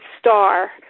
star